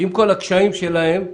עם כל הקשיים שלהם,